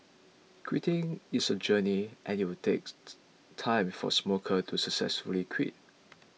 quitting is a journey and it will take time for smokers to successfully quit